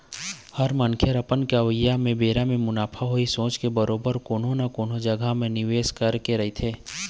हर मनखे ह अपन अवइया बेरा म मुनाफा होवय सोच के बरोबर कोनो न कोनो जघा मन म निवेस करके रखथे